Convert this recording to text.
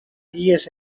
ihes